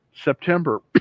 September